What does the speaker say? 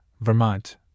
Vermont